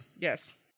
yes